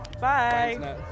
Bye